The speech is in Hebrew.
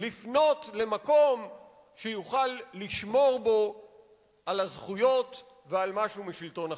לפנות למקום שיוכל לשמור בו על הזכויות ועל משהו משלטון החוק.